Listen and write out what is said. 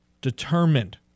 determined